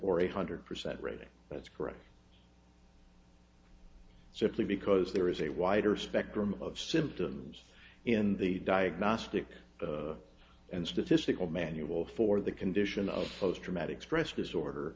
or a hundred percent rating that's correct simply because there is a wider spectrum of symptoms in the diagnostic and statistical manual for the condition of post traumatic stress disorder